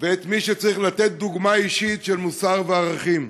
ואת מי שצריך לתת דוגמה אישית של מוסר וערכים.